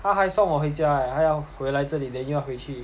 他还送我回家还要回来这里 then 又要回去